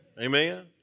Amen